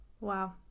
Wow